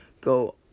go